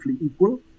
equal